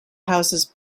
houses